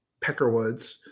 peckerwoods